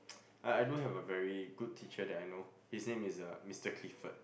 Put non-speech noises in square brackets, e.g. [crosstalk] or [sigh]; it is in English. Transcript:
[noise] I I do have a very good teacher that I know his name is uh Mister Clifford